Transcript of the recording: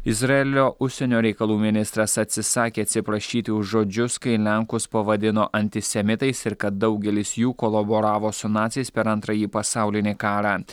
izraelio užsienio reikalų ministras atsisakė atsiprašyti už žodžius kai lenkus pavadino antisemitais ir kad daugelis jų kolaboravo su naciais per antrąjį pasaulinį karą